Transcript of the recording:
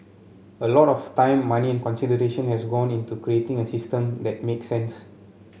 a lot of time money and consideration has gone into creating a system that makes sense